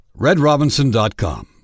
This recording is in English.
RedRobinson.com